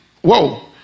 whoa